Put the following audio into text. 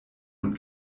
und